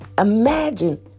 Imagine